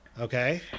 Okay